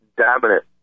dominant